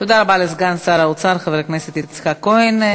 תודה רבה לסגן שר האוצר חבר הכנסת יצחק כהן.